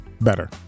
better